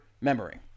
memory